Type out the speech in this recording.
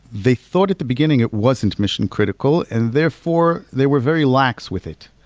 they thought at the beginning it wasn't mission critical. and therefore, they were very lax with it.